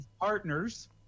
partners